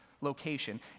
location